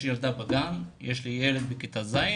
יש לנו ילדה בגן, ילד בכיתה ז'